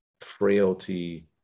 frailty